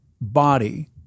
body